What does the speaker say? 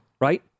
right